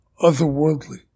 otherworldly